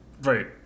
right